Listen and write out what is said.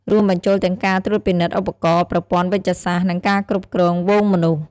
រួមបញ្ចូលទាំងការត្រួតពិនិត្យឧបករណ៍ ប្រព័ន្ធវេជ្ជសាស្ត្រ និងការគ្រប់គ្រងហ្វូងមនុស្ស។